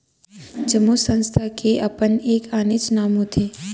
जम्मो संस्था के अपन एक आनेच्च नांव होथे